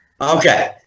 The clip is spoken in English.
Okay